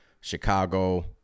Chicago